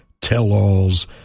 tell-alls